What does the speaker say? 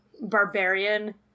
barbarian